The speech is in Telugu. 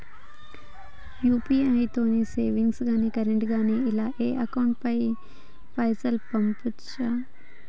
యూ.పీ.ఐ తో సేవింగ్స్ గాని కరెంట్ గాని ఇలా ఏ అకౌంట్ కైనా పైసల్ పంపొచ్చా?